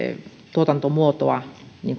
tuotantomuotoa